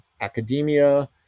academia